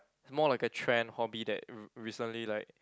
it's more like a trend hobby that re~ recently like